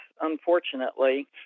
Unfortunately